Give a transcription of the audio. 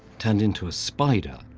turned into a spider,